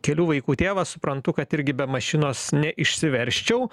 kelių vaikų tėvas suprantu kad irgi be mašinos neišsiversčiau